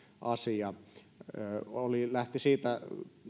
asia lähti siitä